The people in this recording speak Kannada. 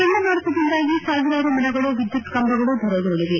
ಚಂಡಮಾರುತದಿಂದಾಗಿ ಸಾವಿರಾರು ಮರಗಳು ವಿದ್ಯುತ್ ಕಂಬಗಳು ಧರೆಗುರುಳವೆ